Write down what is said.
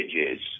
images